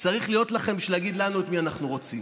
צריכה להיות לכם בשביל להגיד לנו את מי אנחנו רוצים.